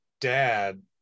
dad